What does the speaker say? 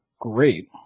great